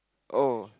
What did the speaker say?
oh